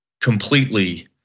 completely